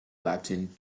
lambton